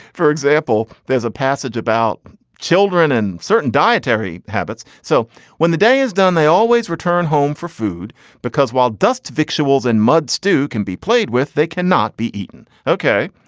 for example, there's a passage about children and certain dietary habits. so when the day is done, they always return home for food because while dust vixen wheels and mud stew can be played with. they cannot be eaten. ok.